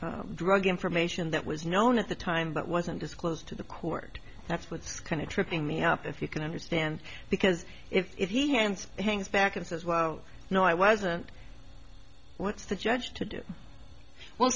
drug information that was known at the time but wasn't disclosed to the court that's what's kind of tripping me up if you can understand because if he hands things back and says well no i wasn't what's the judge to do well